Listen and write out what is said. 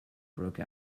broke